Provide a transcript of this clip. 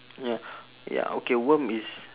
ya ya okay worm is